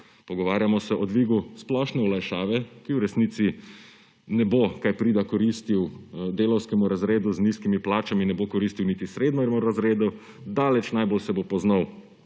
Pogovarjamo se o dvigu splošne olajšave, ki v resnici ne bo kaj prida koristil delavskemu razredu z nizkimi plačami, ne bo koristil niti srednjemu razredu, daleč najbolj se bo poznal